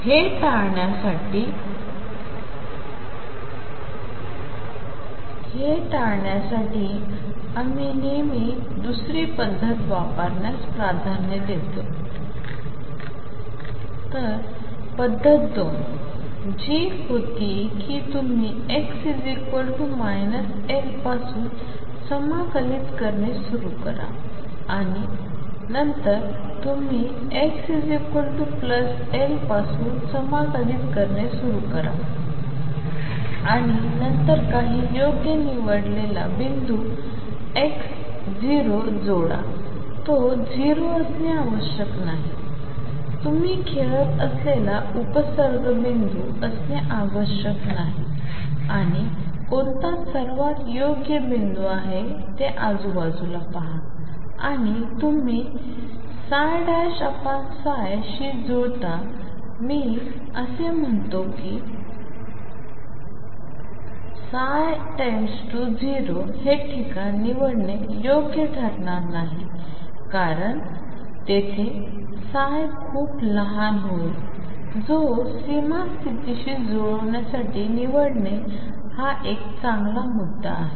हे टाळण्यासाठी आम्ही नेहमी दुसरी पद्धत वापरण्यास प्राधान्य देतो तर पद्धत दोन जी होती की तुम्ही x L पासून समाकलित करणे सुरू करा नंतर तुम्ही xL पासून समाकलित करणे सुरू करा आणि नंतर काही योग्य निवडलेला बिंदू x 0जोडा तो 0 असणे आवश्यक नाही तुम्ही खेळत असलेला उपसर्ग बिंदू असणे आवश्यक नाही आणि कोणता सर्वात योग्य बिंदू आहे ते आजूबाजूला पहा आणि तुम्ही शी जुळता मी असे म्हणतो कारण ψ→0 हे ठिकाण निवडणे योग्य ठरणार नाही जेथे ψ खूप लहान होईल जो सीमास्थितीशी जुळण्यासाठी निवडणे हा एक चांगला मुद्दा आहे